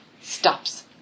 stops